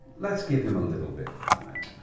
let's give him a little bit of time.